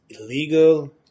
illegal